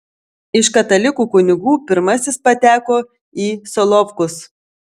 iš katalikų kunigų pirmasis pateko į solovkus